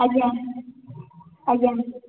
ଆଜ୍ଞା ଆଜ୍ଞା